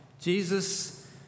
Jesus